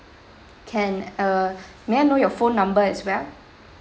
can uh may I know your phone number as well